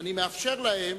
שאני מאפשר להם